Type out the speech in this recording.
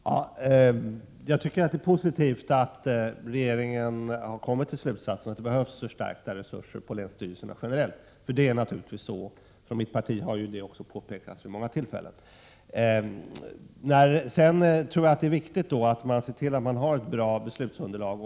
Herr talman! Jag tycker det är positivt att regeringen har kommit till slutsatsen att det behövs förstärkta resurser på länsstyrelserna generellt — så är det naturligtvis. Från mitt parti har vi också påpekat detta vid många tillfällen. Sedan tror jag det är viktigt att se till att det finns ett bra beslutsunderlag.